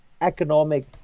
economic